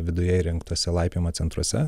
viduje įrengtuose laipiojimo centruose